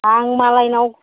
आं मालायनाव